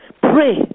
Pray